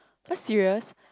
!huh! serious